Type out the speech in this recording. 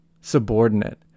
subordinate